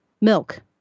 milk